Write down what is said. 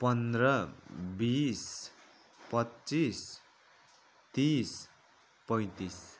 पन्ध्र बिस पच्चिस तिस पैँतिस